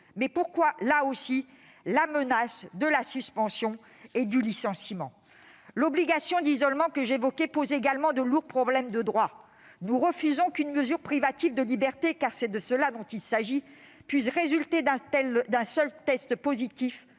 Mais pourquoi brandir, là aussi, la menace de la suspension et du licenciement ? L'obligation d'isolement soulève également d'importants problèmes de droit. Nous refusons qu'une mesure privative de libertés- car c'est de cela dont il s'agit -puisse découler d'un seul test positif,